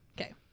Okay